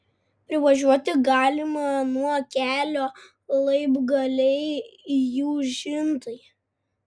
privažiuoti galima nuo kelio laibgaliai jūžintai